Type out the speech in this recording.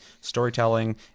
storytelling